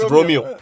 Romeo